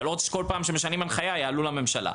אתה לא רוצה שבכל פעם שמשנים הנחיה יעלו לממשלה.